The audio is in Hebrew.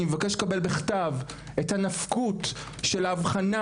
אני מבקש לקבל בכתב את הנפקות של ההבחנה